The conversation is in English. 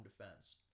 defense